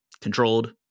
Controlled